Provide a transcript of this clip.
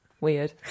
Weird